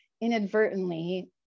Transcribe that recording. inadvertently